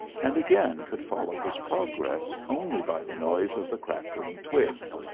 and again could follow his progress only by the noise of the crackling twigs.